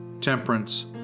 temperance